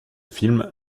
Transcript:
film